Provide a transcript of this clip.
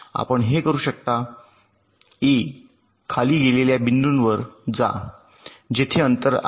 आपण हे करू शकता ए खाली गेलेल्या बिंदूवर जा जेथे अंतर आहे